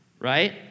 right